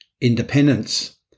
independence